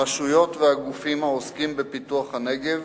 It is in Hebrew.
הרשויות והגופים העוסקים בפיתוח הנגב,